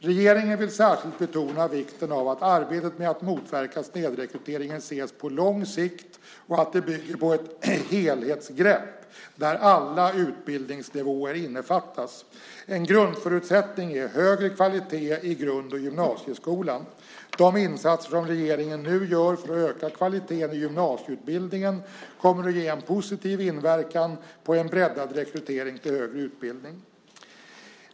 Regeringen vill särskilt betona vikten av att arbetet med att motverka snedrekryteringen ses på lång sikt och att det bygger på ett helhetsgrepp där alla utbildningsnivåer innefattas. En grundförutsättning är högre kvalitet i grund och gymnasieskolan. De insatser som regeringen nu gör för att öka kvaliteten i gymnasieutbildningen kommer att ha en positiv inverkan på en breddad rekrytering till högre utbildning.